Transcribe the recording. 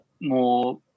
more